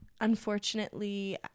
unfortunately